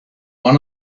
one